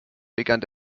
begann